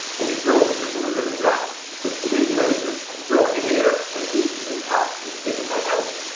and his lungs are shriveled in black. but still he manages to draw in air and wheeze and huff and spit it back out.